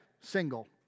single